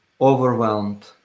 overwhelmed